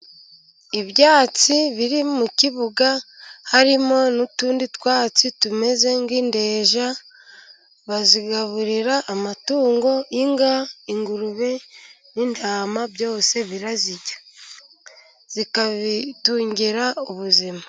Ibyatsi biri mu kibuga, harimo n'utundi twatsi tumeze nk'inteja, bazigaburira amatungo, inka, ingurube n'intama, byose zirabirya. Zikabitungira ubuzima.